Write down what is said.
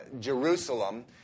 Jerusalem